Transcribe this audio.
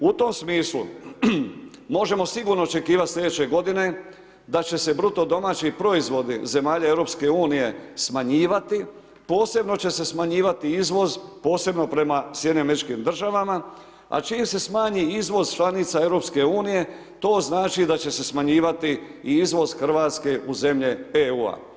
U tom smislu možemo sigurno očekivat sljedeće godine da će se bruto domaći proizvodi zemalja EU smanjivati, posebno će se smanjivati izvoz, posebno prema SAD-u, a čim se smanji izvoz članica EU to znači da će se smanjivati i izvoz Hrvatske u zemlje EU.